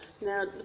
Now